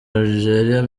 algeria